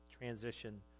transition